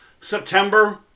September